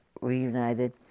reunited